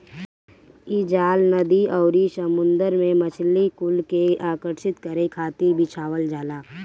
इ जाल नदी अउरी समुंदर में मछरी कुल के आकर्षित करे खातिर बिछावल जाला